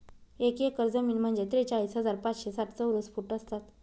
एक एकर जमीन म्हणजे त्रेचाळीस हजार पाचशे साठ चौरस फूट असतात